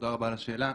תודה על השאלה.